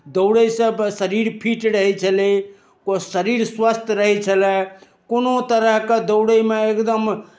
दौड़ैसँ शरीर फिट रहै छलय ओ शरीर स्वस्थ रहै छलय कोनो तरहके दौड़यमे एकदम